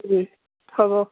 হ'ব